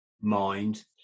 mind